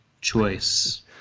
choice